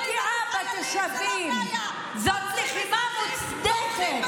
זה לא פגיעה בתושבים, זאת לחימה מוצדקת.